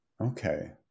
Okay